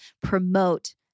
promote